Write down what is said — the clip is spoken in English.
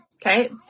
Okay